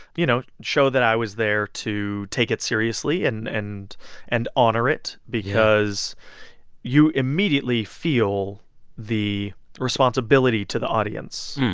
you know, show that i was there to take it seriously and and and honor it because you immediately feel the responsibility to the audience